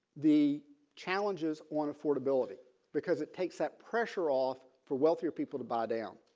the challenges on affordability because it takes that pressure off for wealthier people to buy down.